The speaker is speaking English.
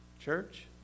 Church